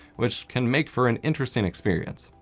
which can make for an interesting experience.